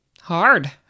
Hard